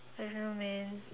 I don't know man